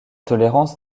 tolérance